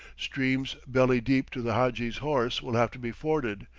streams belly deep to the hadji's horse will have to be forded,